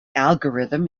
algorithm